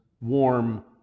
warm